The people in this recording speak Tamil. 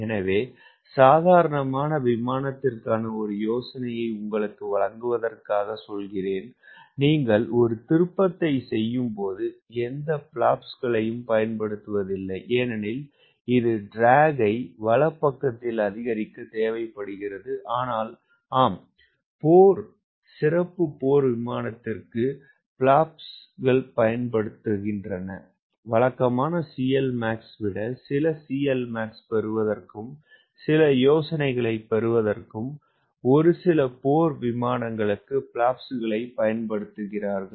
எனவே சாதாரண விமானத்திற்கான ஒரு யோசனையை உங்களுக்கு வழங்குவதற்காக சொல்கிறேன் நீங்கள் ஒரு திருப்பத்தைச் செய்யும்போது எந்த ஃப்லாப்களையும் பயன்படுத்துவதில்லை ஏனெனில் இது இழுவை அதிகரிக்க அதிகரிக்க முற்படும் ஆனால் ஆம் போர் சிறப்பு போர் விமானத்திற்கும் பிளாப்ஸ்க்களும் பயன்படுத்தப்படுகின்றன வழக்கமான CLmax விட சில CLmax பெறுவதற்கும் சில யோசனைகளைப் பெறுவதற்கும் ஒரு சில போர் விமானங்களுக்கு ஃப்லாப்ககளை பயன்படுத்தப்படுகின்றன